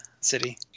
city